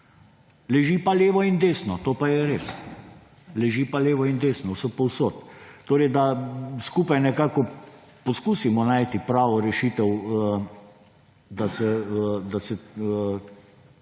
leži pa levo in desno, to pa je res. Leži pa levo in desno, vsepovsod. Torej, da skupaj nekako poskusimo najti pravo rešitev, da se